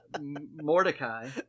Mordecai